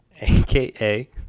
AKA